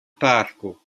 parko